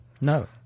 No